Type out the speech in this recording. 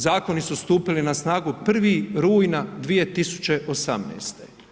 Zakoni su stupili na snagu 1. rujna 2018.